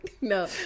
No